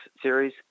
series